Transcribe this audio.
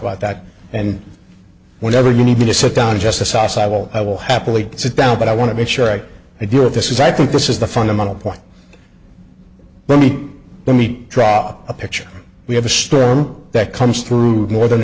about that and whenever you need me to sit down just a sauce i will i will happily sit down but i want to make sure i do it this is i think this is the fundamental point for me let me draw a picture we have a storm that comes through northern